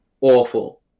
awful